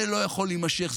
זה לא יכול להימשך.